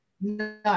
No